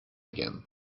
again